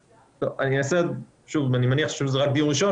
אני מניח שזה רק דיון ראשון,